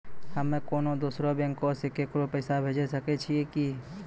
हम्मे कोनो दोसरो बैंको से केकरो पैसा भेजै सकै छियै कि?